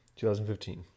2015